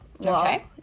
okay